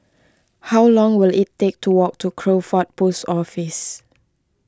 how long will it take to walk to Crawford Post Office